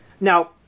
Now